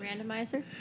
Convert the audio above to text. Randomizer